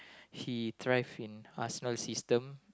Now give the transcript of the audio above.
he thrive in Arsenal system